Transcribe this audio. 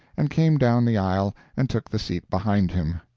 and came down the aisle and took the seat behind him.